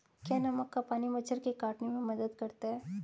क्या नमक का पानी मच्छर के काटने में मदद करता है?